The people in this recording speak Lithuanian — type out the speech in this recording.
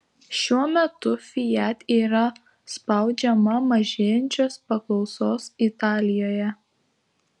šiuo metu fiat yra spaudžiama mažėjančios paklausos italijoje